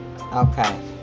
Okay